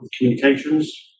communications